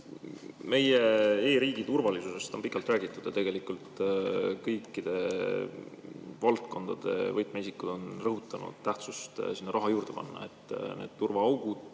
Meie e-riigi turvalisusest on pikalt räägitud. Kõikide valdkondade võtmeisikud on rõhutanud tähtsust sinna raha juurde panna, et need turvaaugud